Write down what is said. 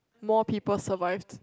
more people survived